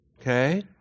okay